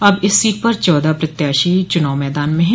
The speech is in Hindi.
अब इस सीट पर चौदह प्रत्याशी चूनाव मैदान में हैं